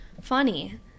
funny